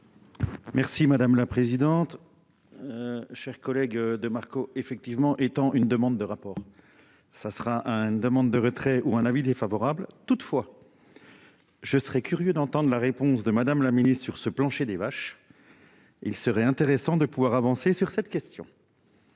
Merci madame la présidente. Chers collègues de Marco effectivement étant une demande de rapport, ça sera un, une demande de retrait ou un avis défavorable toutefois. Je serais curieux d'entendre la réponse de Madame la Ministre sur ce plancher des vaches. Il serait intéressant de pouvoir avancer sur cette question.